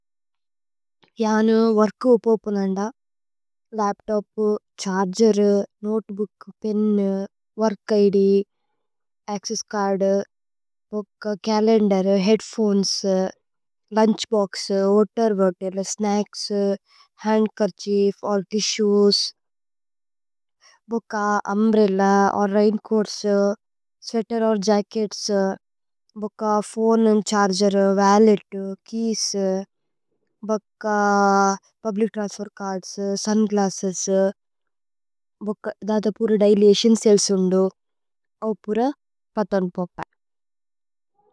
യാനു work ഉപോപുനന്ദ laptop charger. Notebook, pen, work ID, access card. Book, calendar, headphones, lunch box. Snacks handkerchief or tissues book. Umbrella or raincoats sweater or. Jackets book phone and charger. Wallet, keys, book, public transfer. Cards, sunglasses, book, ദദ പൂര। Daily essentials ഉന്ദു അവു പൂര പതന് പോപ।